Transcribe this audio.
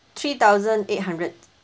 three thousand eight hundred